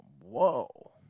whoa